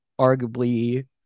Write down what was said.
arguably